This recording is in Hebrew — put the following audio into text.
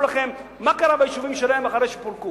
לכם מה קרה ביישובים שלהם אחרי שהם פורקו,